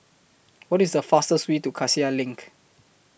What IS The fastest Way to Cassia LINK